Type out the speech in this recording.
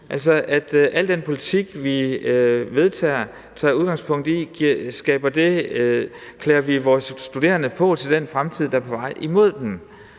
altså at al den politik, vi vedtager, tager udgangspunkt i, om vi klæder vores studerende på til den fremtid, der er på vej imod dem.